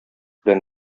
белән